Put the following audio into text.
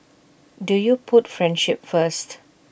do you put friendship first